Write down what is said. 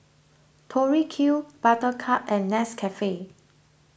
Tori Q Buttercup and Nescafe